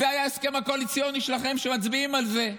זה היה ההסכם הקואליציוני שלכם שמצביעים על זה.